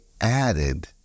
added